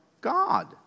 God